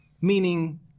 meaning